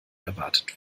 erwartet